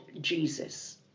Jesus